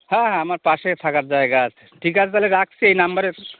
হ্যাঁ হ্যাঁ আমার পাশে থাকার জায়গা আছে ঠিক আছে তাহলে রাখছি এই নাম্বারে